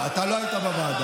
אתה לא היית בוועדה.